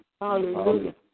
Hallelujah